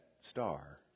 star